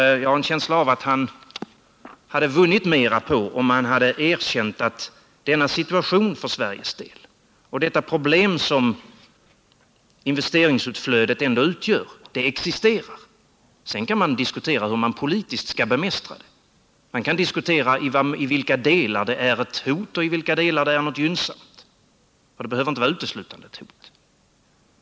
Jag har en känsla av att han hade vunnit mera på att erkänna denna situation för Sveriges del. Problemet existerar. Sedan kan man diskutera hur man politiskt skall bemästra det, i vilka delar det är ett hot och i vilka delar det är gynnsamt — för det behöver inte uteslutande vara ett hot.